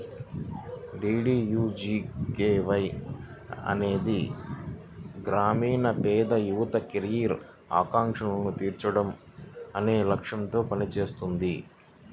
DDUGKY అనేది గ్రామీణ పేద యువత కెరీర్ ఆకాంక్షలను తీర్చడం అనే లక్ష్యాలతో పనిచేస్తుంది